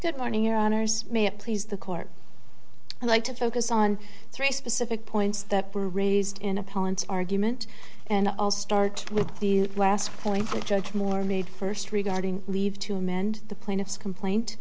good morning your honors may it please the court i like to focus on three specific points that were raised in opponents argument and i'll start with the last point judge moore made first regarding leave to amend the plaintiff's complaint